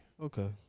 Okay